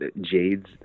jades